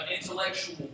intellectual